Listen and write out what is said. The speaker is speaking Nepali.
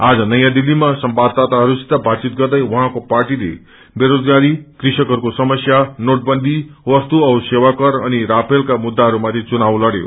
आज नयाँ दिल्लीमा संवाददााताहरूसित बातचित गर्दै उहाँको पार्टीले बेरोजगारी कृषकहरूको समस्य नोटवन्दी वस्तु औ सेवाकर अनि राफेलका मुद्दाहरू माथि चुनाव लड़यो